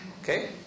Okay